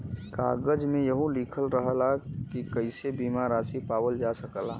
कागज में यहू लिखल रहला की कइसे बीमा रासी पावल जा सकला